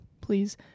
please